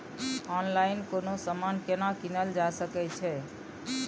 Online कोनो समान केना कीनल जा सकै छै?